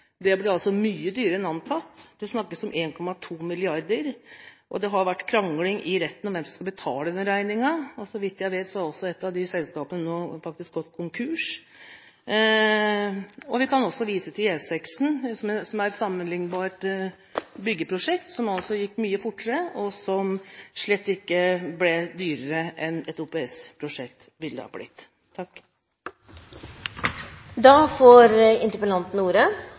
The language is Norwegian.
mye dyrere enn antatt. Det snakkes om 1,2 mrd. kr, og det har vært krangling i retten om hvem som skal betale denne regningen. Så vidt jeg vet, er ett av de selskapene faktisk gått konkurs. Vi kan også vise til E6 – som er et sammenlignbart byggeprosjekt – som gikk mye fortere, og som slett ikke ble dyrere enn et OPS-prosjekt ville ha blitt. Med dagens ambisjoner vil det altså ta 30 år før vi får